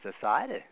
society